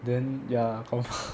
then ya lor